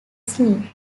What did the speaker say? smith